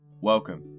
Welcome